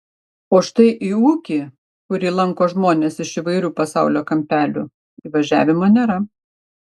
o štai į ūkį kurį lanko žmonės iš įvairių pasaulio kampelių įvažiavimo nėra